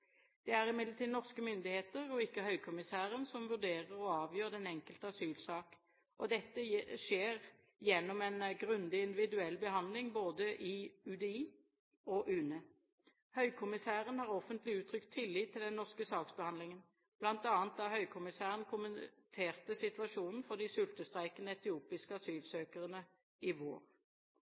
Det er imidlertid norske myndigheter – og ikke Høykommissæren – som vurderer og avgjør den enkelte asylsak. Dette skjer gjennom en grundig individuell behandling i både UDI og UNE. Høykommissæren har offentlig uttrykt tillit til den norske saksbehandlingen, bl.a. da Høykommissæren kommenterte situasjonen for de sultestreikende etiopiske asylsøkerne i